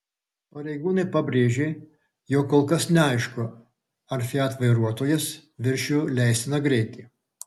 pareigūnai pabrėžė jog kol kas neaišku ar fiat vairuotojas viršijo leistiną greitį